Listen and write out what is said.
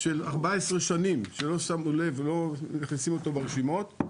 של 14 שנים, שלא שמנו לב, לא שמו אותו ברשימות,